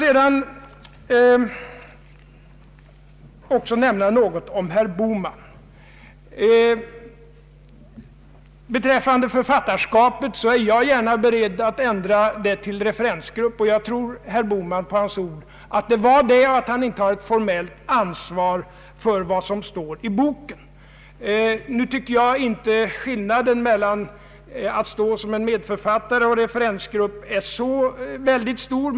Jag är gärna beredd, herr Bohman, att ändra beteckningen författare till referensgrupp. Jag tror herr Bohman på hans ord att han inte har ett formellt ansvar för vad som står i boken. Nu tycker jag inte att skillnaden mellan att vara medförfattare och att vara medlem av en referensgrupp är så särskilt stor.